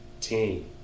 team